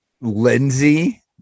Lindsay